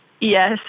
Yes